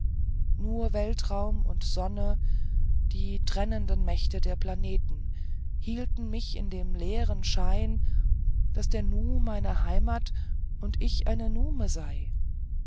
nur weltraum und sonne die trennenden mächte der planeten hielten mich in dem leeren schein daß der nu meine heimat und ich eine nume sei